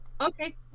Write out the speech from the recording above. okay